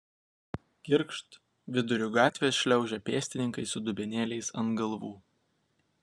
girgžt viduriu gatvės šliaužia pėstininkai su dubenėliais ant galvų